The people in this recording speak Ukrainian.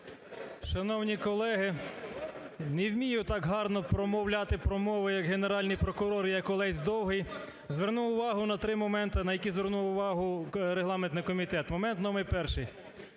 Шановні колеги! Не вмію так гарно промовляти промови, як Генеральний прокурор і як Олесь Довгий. Зверну увагу на три моменти, на які звернув увагу регламентний комітет. Момент номер перший.